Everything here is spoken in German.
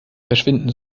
verschwinden